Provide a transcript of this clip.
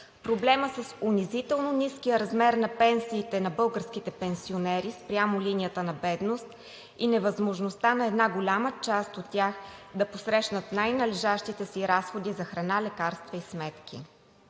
проблема с унизително ниския размер на пенсиите на българските пенсионери спрямо линията на бедност и невъзможността на една голяма част от тях да посрещнат най-належащите си разходи за храна, лекарства и сметки.